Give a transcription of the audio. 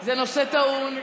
זה נושא טעון,